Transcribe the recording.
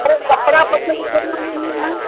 पहिंरे कपिड़ा पसंदि कंदुमि न